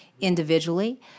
individually